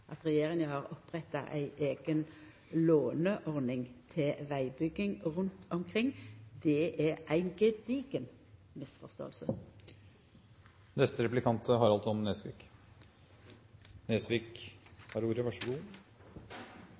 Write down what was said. at regjeringa har oppretta ei eiga låneordning til vegbygging rundt omkring. Det er ei gedigen misforståing. Statsråden har